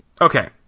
Okay